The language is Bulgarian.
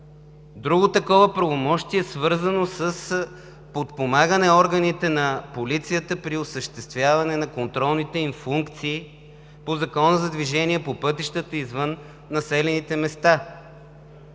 Друго такова правомощие е свързано с подпомагане органите на полицията при осъществяване на контролните им функции по Закона за движението по пътищата извън населените места.